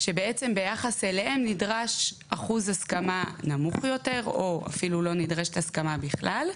שביחס אליהם נדרש אחוז הסכמה נמוך יותר או אפילו לא נדרשת הסכמה בכלל.